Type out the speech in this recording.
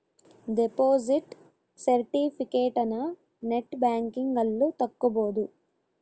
deposit ಸೆರ್ಟಿಫಿಕೇಟನ net banking ಅಲ್ಲು ತಕ್ಕೊಬೊದು